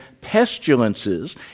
pestilences